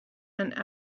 and